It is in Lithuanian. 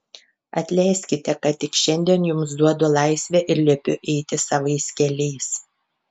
atleiskite kad tik šiandien jums duodu laisvę ir liepiu eiti savais keliais